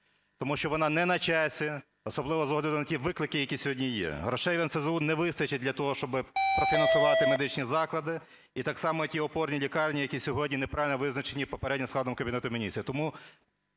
тому що вона не на часі, особливо з огляду на ті виклики, які сьогодні є. Грошей в НСЗУ не вистачить для того, щоби профінансувати медичні заклади, і так само ті опорні лікарні, які сьогодні неправильно визначені попереднім складом Кабінету Міністрів.